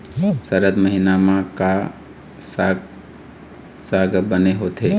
सरद महीना म का साक साग बने होथे?